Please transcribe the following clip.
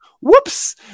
whoops